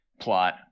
plot